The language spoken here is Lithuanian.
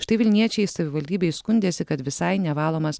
štai vilniečiai savivaldybei skundėsi kad visai nevalomas